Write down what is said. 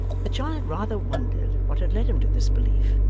the child rather wondered what had led him to this belief,